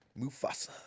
Mufasa